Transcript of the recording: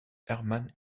hermann